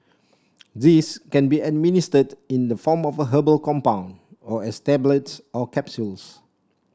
these can be administered in the form of a herbal compound or as tablets or capsules